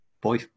boy